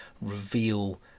reveal